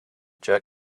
jerk